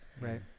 Right